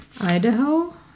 Idaho